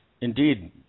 indeed